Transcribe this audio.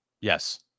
Yes